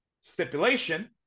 stipulation